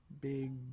big